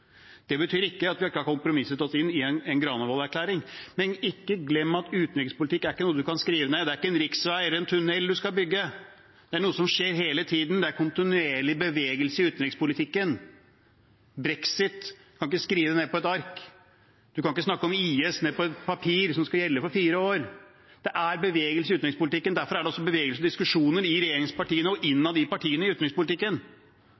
Det betyr ikke at vi ikke har kompromisset oss inn i en Granavolden-erklæring. Men ikke glem at utenrikspolitikk ikke er noe man kan skrive ned. Det er ikke en riksvei eller en tunnel man skal bygge. Det er noe som skjer hele tiden. Det er kontinuerlig bevegelse i utenrikspolitikken. Brexit – man kan ikke skrive det ned på et ark. Man kan ikke skrive om IS på et papir som skal gjelde for fire år. Det er bevegelse i utenrikspolitikken. Derfor er det også bevegelse, diskusjoner, i regjeringspartiene og